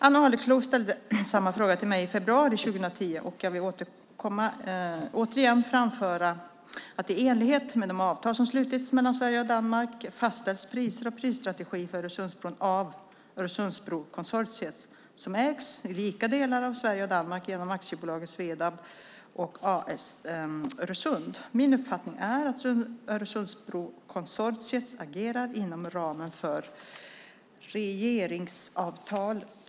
Ann Arleklo ställde samma fråga till mig i februari 2010 och jag vill återigen framföra att i enlighet med de avtal som slutits mellan Sverige och Danmark fastställs priser och prisstrategier för Öresundsbron av Öresundsbrokonsortiet, som ägs i lika delar av Sverige och Danmark genom aktiebolagen Svedab och A/S Öresund. Min uppfattning är att Öresundsbrokonsortiet agerar inom ramen för regeringsavtalet.